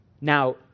Now